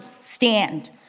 stand